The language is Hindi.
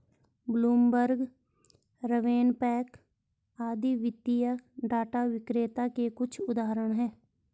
ब्लूमबर्ग, रवेनपैक आदि वित्तीय डाटा विक्रेता के कुछ उदाहरण हैं